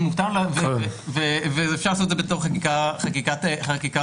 ומותר ואפשר לעשות זה בתור חקיקת משנה.